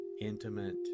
intimate